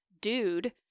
dude